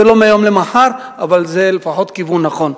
זה לא מהיום למחר אבל זה לפחות כיוון נכון.